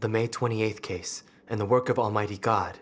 the may twenty eighth case and the work of almighty god